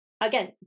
again